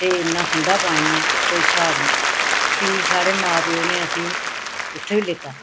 ते इन्ना ठंडा पानी ऐ कोई स्हाब नी फ्ही साढ़े मां प्यो ने असें गी उत्थें बी लेता